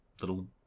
little